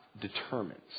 determines